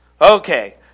Okay